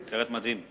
סרט מדהים.